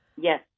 Yes